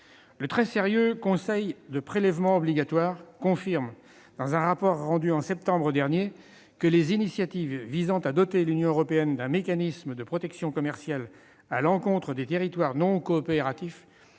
Le très sérieux Conseil des prélèvements obligatoires confirme, dans un rapport rendu en septembre dernier, que « les initiatives visant à doter l'Union européenne d'un mécanisme de protection commerciale à l'encontre des territoires non coopératifs